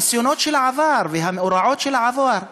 הניסיונות של העבר והמאורעות של העבר.